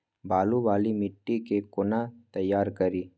बालू वाला मिट्टी के कोना तैयार करी?